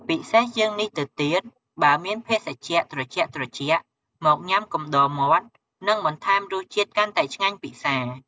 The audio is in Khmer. ពិសេសជាងនេះទៅទៀត បើមានភេសជ្ជៈត្រជាក់ៗ មកញុំាកំដរមាត់នឹងបន្ថែមរសជាតិកាន់តែឆ្ងាញ់ពិសា។